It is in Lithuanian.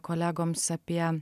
kolegoms apie